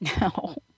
No